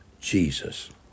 Jesus